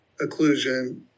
occlusion